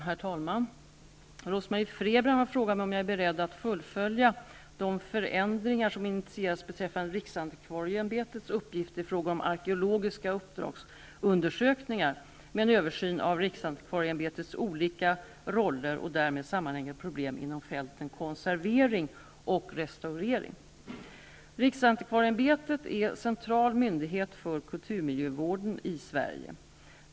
Herr talman! Rose-Marie Frebran har frågat mig om jag är beredd att fullfölja de förändringar som initierats beträffande riksantikvarieämbetets uppgifter i fråga om arkeologiska uppdragsundersökningar, med en översyn av riksantikvarieämbetets olika roller och därmed sammanhängande problem inom fälten konservering och restaurering. Riksantikvarieämbetet är central myndighet för kulturmiljövården i Sverige.